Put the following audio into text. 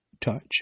touch